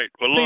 right